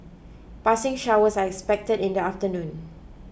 passing showers are expected in the afternoon